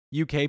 UK